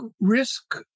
risk